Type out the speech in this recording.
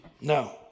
No